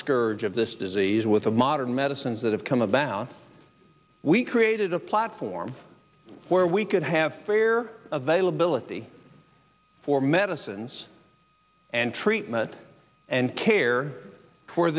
scourge of this disease with the modern medicines that have come about we created a platform where we could have care available at the for medicines and treatment and care for